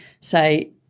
say